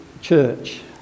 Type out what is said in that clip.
church